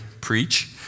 preach